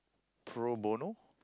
pro bono